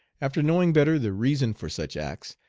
after knowing better the reason for such acts,